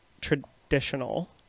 traditional